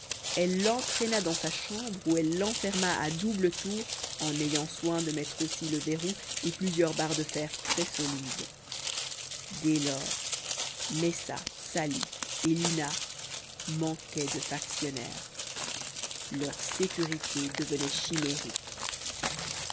elle l'entraîna dans sa chambre où elle l'enferma à double tour en ayant soin de mettre aussi le verrou et plusieurs barres de fer très solides dès lors messa sali et lina manquaient de factionnaire leur sécurité devenait chimérique